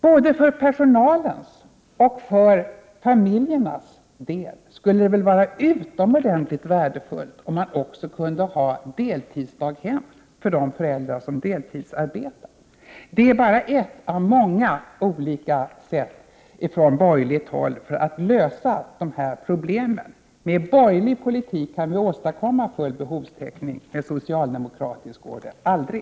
Både för personalens och för familjernas del skulle det väl vara utomordentligt värdefullt, om man också kunde ha deltidsdaghem för de föräldrar som Prot. 1988/89:59 deltidsarbetar. 1 februari 1989 Detta är bara ett av många olika sätt som vi på borgerligt håll har att lösa de här problemen. Med borgerlig politik kan vi åstadkomma full behovstäckning — med socialdemokratisk går det aldrig.